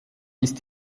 ist